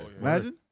imagine